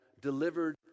delivered